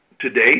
today